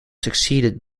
succeeded